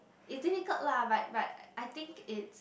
it difficult lah but but I think it's